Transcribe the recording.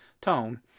tone